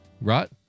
right